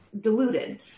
diluted